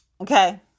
Okay